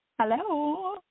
Hello